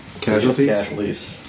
casualties